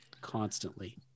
constantly